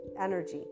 energy